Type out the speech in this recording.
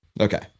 Okay